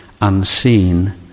unseen